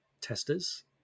testers